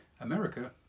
America